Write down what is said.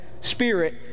Spirit